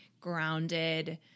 grounded